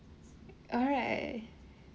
alright